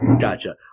Gotcha